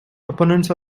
opponents